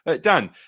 Dan